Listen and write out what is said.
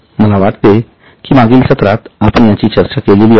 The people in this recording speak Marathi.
मला वाटते कि मागील सत्रात आपण याची चर्चा' केलेली आहे